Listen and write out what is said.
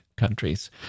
countries